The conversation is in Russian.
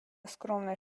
скромные